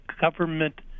government